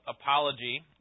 Apology